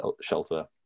shelter